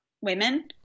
women